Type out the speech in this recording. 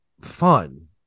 fun